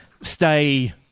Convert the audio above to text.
stay